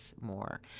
more